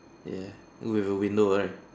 ya with a window right